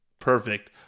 perfect